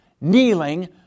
kneeling